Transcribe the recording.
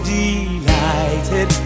delighted